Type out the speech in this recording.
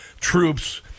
troops